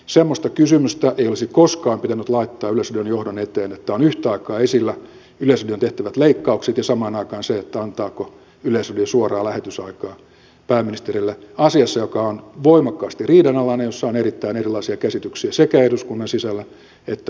semmoista kysymystä ei olisi koskaan pitänyt laittaa yleisradion johdon eteen että ovat yhtä aikaa esillä yleisradioon tehtävät leikkaukset ja se antaako yleisradio suoraa lähetysaikaa pääministerille asiassa joka on voimakkaasti riidanalainen ja jossa on erittäin erilaisia käsityksiä sekä eduskunnan sisällä että myös työmarkkinoilla